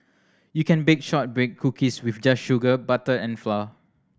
you can bake shortbread cookies with just sugar butter and flour